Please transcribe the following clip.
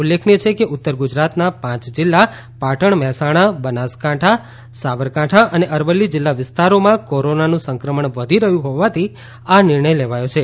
ઉલ્લેખનીય છે કે ઉત્તર ગુજરાતના પાંચ જીલ્લા પાટણ મહેસાણા બનાસકાંઠા સાબરકાંઠા અને અરવલ્લી જીલ્લા વિસ્તારોમાં કોરોનાનું સંક્રમણ વધી રહ્યું હોવાથી આ નિર્ણય લેવાયો છે